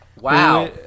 Wow